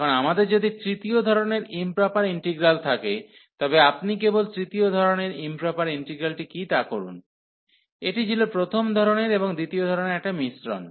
এখন আমাদের যদি তৃতীয় ধরণের ইম্প্রপার ইন্টিগ্রাল থাকে তবে আপনি কেবল তৃতীয় ধরণের ইম্প্রপার ইন্টিগ্রালটি কী তা করুন এটি ছিল প্রথম ধরণের এবং দ্বিতীয় ধরণের একটা মিশ্রণ